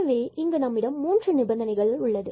எனவே இங்கு நம்மிடம் மூன்று நிபந்தனைகள் உள்ளது